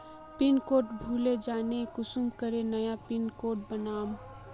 Pin code भूले जाले कुंसम करे नया पिन कोड बनाम?